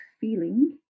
feeling